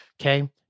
Okay